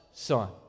son